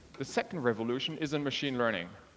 the second revolution is in machine learning